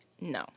no